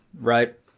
right